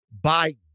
Biden